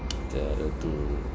the other two